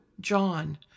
John